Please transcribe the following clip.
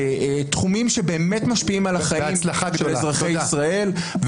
בתחומים שבאמת משפיעים על החיים של אזרחי ישראל.